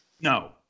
No